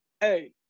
Hey